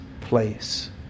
place